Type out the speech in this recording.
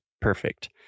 perfect